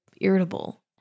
irritable